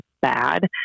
bad